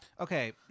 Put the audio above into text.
Okay